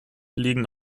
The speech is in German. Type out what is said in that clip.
liegen